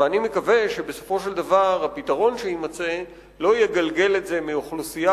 ואני מקווה שבסופו של דבר הפתרון שיימצא לא יגלגל את זה מאוכלוסייה